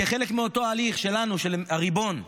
כחלק מאותו הליך שלנו, של הריבון,